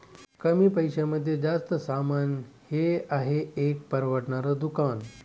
कमी पैशांमध्ये जास्त सामान हे आहे एक परवडणार दुकान